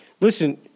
Listen